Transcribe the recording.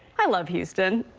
i love houston